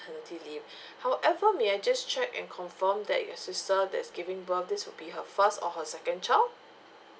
maternity leave however may I just check and confirm that your sister that's giving birth this will be her first or her second child